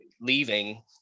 leaving